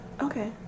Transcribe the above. Okay